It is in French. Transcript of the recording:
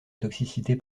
toxicité